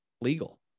legal